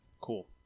Cool